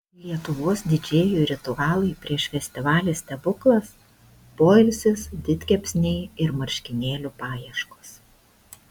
lietuvos didžėjų ritualai prieš festivalį stebuklas poilsis didkepsniai ir marškinėlių paieškos